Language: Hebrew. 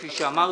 כפי שאמרתי,